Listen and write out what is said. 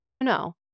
No